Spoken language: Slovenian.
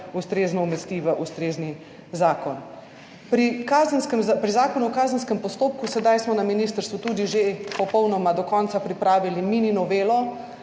ustrezno umesti v ustrezni zakon. Pri Zakonu o kazenskem postopku, sedaj smo na ministrstvu tudi že popolnoma do konca pripravili mini novelo,